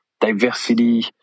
diversity